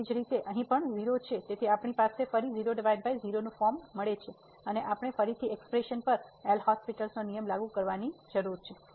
એ જ રીતે અહીં પણ 0 છે તેથી આપણી પાસે ફરી 00 ફોર્મ છે અને આપણે ફરીથી આ એક્સ્પ્રેશન પર એલહોસ્પિટલL'hospitalનો નિયમ લાગુ કરવાની જરૂર છે